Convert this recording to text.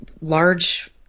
large